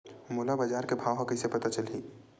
मोला बजार के भाव ह कइसे पता चलही?